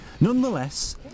Nonetheless